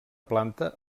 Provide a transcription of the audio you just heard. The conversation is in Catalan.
planta